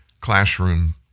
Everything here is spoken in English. classroom